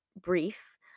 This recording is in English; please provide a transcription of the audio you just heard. brief